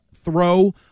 throw